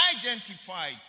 identified